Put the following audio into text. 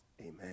amen